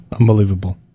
Unbelievable